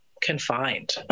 confined